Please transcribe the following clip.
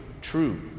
true